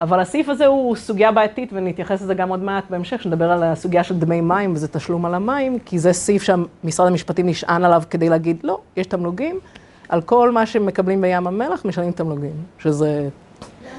אבל הסעיף הזה הוא סוגיה בעתית. ונתייחס לזה גם עוד מעט בהמשך כשנדבר על הסוגיה של דמי מים, וזה תשלום על המים... כי זה סעיף שמשרד המשפטים נשען עליו כדי להגיד: "לא, יש תמלוגים על כ-ל מה שמקבלים בים המלח משנים תמלוגים". שזה...